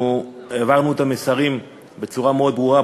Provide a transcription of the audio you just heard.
אנחנו העברנו את המסרים בצורה מאוד ברורה,